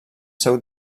seu